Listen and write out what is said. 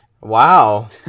Wow